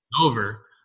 over